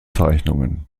zeichnungen